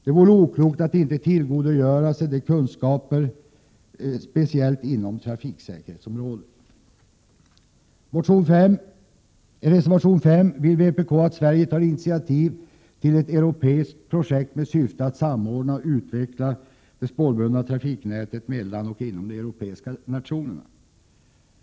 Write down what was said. Det vore oklokt att inte tillgodogöra sig dessa kunskaper inom trafiksäkerhetsområdet. I reservation 5 vill vpk att Sverige tar initiativ till ett europeiskt projekt med syfte att samordna och utveckla det spårbundna trafiknätet mellan och inom de europeiska nationerna.